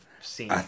seen